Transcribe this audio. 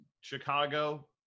Chicago